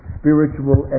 spiritual